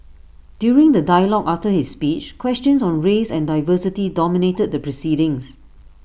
during the dialogue after his speech questions on race and diversity dominated the proceedings